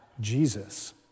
Jesus